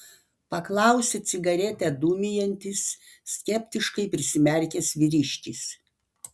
paklausė cigaretę dūmijantis skeptiškai prisimerkęs vyriškis